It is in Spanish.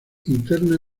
interna